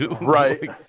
right